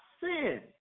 sin